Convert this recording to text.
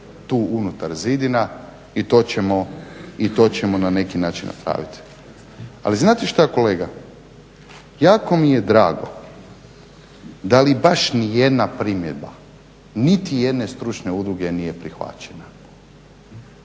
tu unutar zidina i to ćemo na neki način napraviti. Ali znate šta kolega? Jako mi je drago da li baš ni jedna primjedba niti jedne stručne udruge nije prihvaćena.